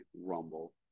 Rumble